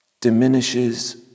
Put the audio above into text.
diminishes